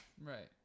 Right